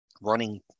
running